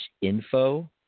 info